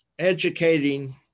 educating